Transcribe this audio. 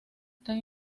están